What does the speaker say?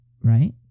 Right